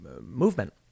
movement